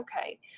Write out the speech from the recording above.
okay